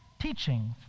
teaching